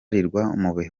bihumbi